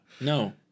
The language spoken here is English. No